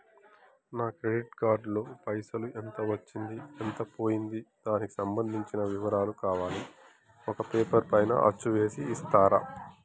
నా credit card లో పైసలు ఎంత వచ్చింది ఎంత పోయింది దానికి సంబంధించిన వివరాలు కావాలి ఒక పేపర్ పైన అచ్చు చేసి ఇస్తరా?